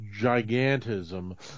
gigantism